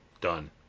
Done